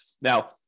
Now